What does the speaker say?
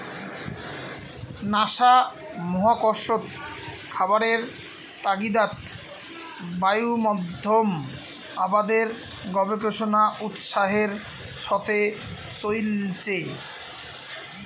NASA মহাকর্ষত খাবারের তাগিদাত বায়ুমাধ্যম আবাদের গবেষণা উৎসাহের সথে চইলচে